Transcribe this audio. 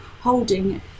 holding